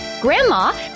Grandma